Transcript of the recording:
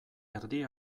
erdi